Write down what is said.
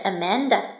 Amanda